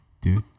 dude